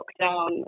lockdown